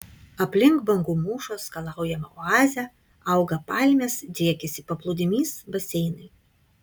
aplink bangų mūšos skalaujamą oazę auga palmės driekiasi paplūdimys baseinai